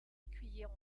écuyers